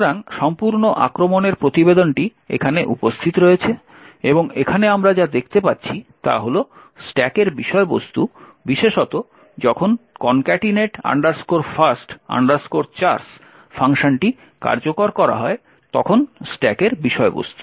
সুতরাং সম্পূর্ণ আক্রমণের প্রতিবেদনটি এখানে উপস্থিত রয়েছে এবং আমরা এখানে যা দেখতে পাচ্ছি তা হল স্ট্যাকের বিষয়বস্তু বিশেষত যখন concatenate first chars ফাংশনটি কার্যকর করা হয় তখন স্ট্যাকের বিষয়বস্তু